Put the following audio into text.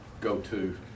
go-to